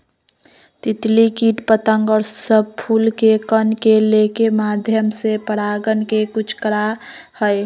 तितली कीट पतंग और सब फूल के कण के लेके माध्यम से परागण के कुछ करा हई